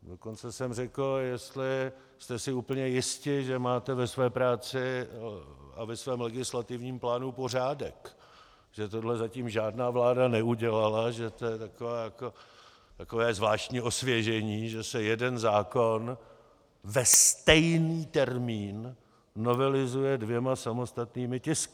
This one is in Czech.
Dokonce jsem řekl, jestli jste si úplně jisti, že máte ve své práci a ve svém legislativním plánu pořádek, že tohle žádná vláda neudělala, že to je takové zvláštní osvěžení, že se jeden zákon ve stejný termín novelizuje dvěma samostatnými tisky.